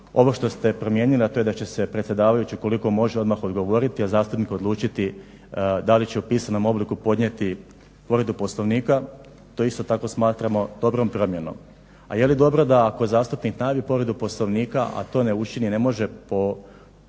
Ovo što ste promijenili, a to je da će se predsjedavajući koliko može odmah odgovoriti, a zastupnik odlučiti da li će u pisanom obliku podnijeti povredu Poslovnika, to isto tako smatramo dobrom promjenom. A je li dobro da ako zastupnik najavi povredu Poslovnika, a to ne učini ne može po